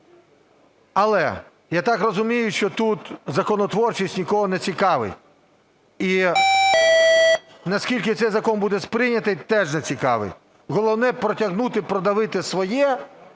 Але, я так розумію, що тут законотворчість нікого не цікавить. І наскільки цей закон буде сприйнятий, теж не цікавить. Головне протягнути, продавити своє,